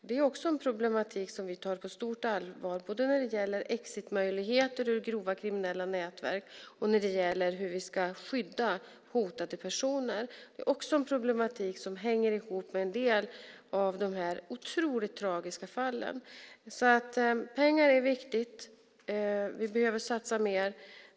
Det är också en problematik som vi tar på stort allvar både när det gäller exitmöjligheter ur grova kriminella nätverk och när det gäller hur vi ska skydda hotade personer. Det är också en problematik som hänger ihop med en del av de här otroligt tragiska fallen. Pengar är viktigt. Vi behöver satsa mer.